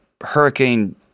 hurricane